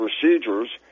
procedures